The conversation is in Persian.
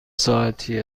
ساعتی